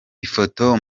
ifoto